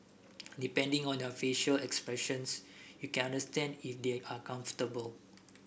depending on their facial expressions you can understand if they are uncomfortable